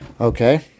Okay